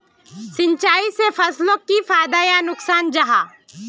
सिंचाई से फसलोक की फायदा या नुकसान जाहा?